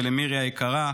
ולמירי היקרה.